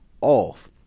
off